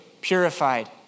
purified